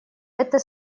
это